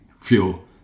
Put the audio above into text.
fuel